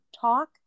talk